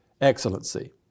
excellency